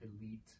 elite